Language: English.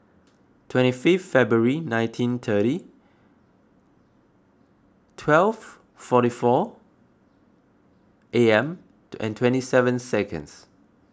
twenty fifth February nineteen thirty twelve forty four a m twenty seven seconds